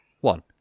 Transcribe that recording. One